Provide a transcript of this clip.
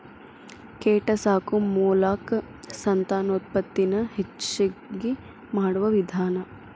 ಕೇಟಾ ಸಾಕು ಮೋಲಕಾ ಸಂತಾನೋತ್ಪತ್ತಿ ನ ಹೆಚಗಿ ಮಾಡುವ ವಿಧಾನಾ